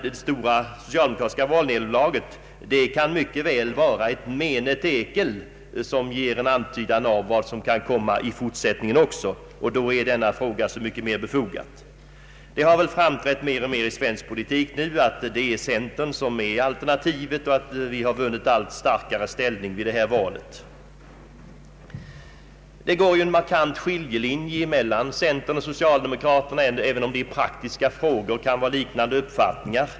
Det stora socialdemokra tiska valnederlaget kan mycket väl vara ett ”mene tekel”, som ger en antydan om vad som kan komma också i fortsättningen. Det har framträtt mer och mer i svensk politik att det är centern som är alternativet och att vi har vunnit en allt starkare ställning. Det går en markant skiljelinje mellan centern och socialdemokraterna, även om vi i praktiska frågor kan ha liknande uppfattningar.